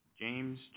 James